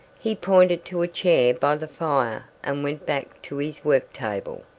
he pointed to a chair by the fire and went back to his worktable.